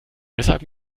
weshalb